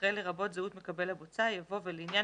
אחרי "לרבות זהות מקבל הבוצה" יבוא "ולעניין